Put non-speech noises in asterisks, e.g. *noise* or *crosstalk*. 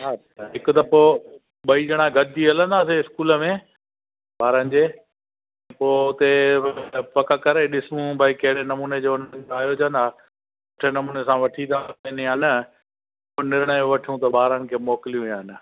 हा त हिकु दफ़ो ॿई ॼणा गॾजी हलंदासीं इस्कूल में ॿारनि जे पोइ हुते *unintelligible* पक करे ॾिसूं भई केरे नमूने जो उनजो आयोजन आहे सुठे नमूने सां वठी था वञनि या न पोइ निर्णय वठूं त ॿारनि खे मोकिलियूं या न